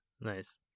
Nice